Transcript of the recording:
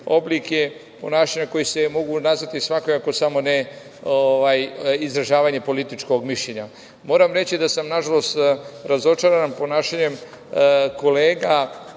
oblike ponašanja koji se mogu nazvati svakojako, samo ne izražavanje političkog mišljenja. Moram vam reći da sam, nažalost, razočaran ponašanjem kolega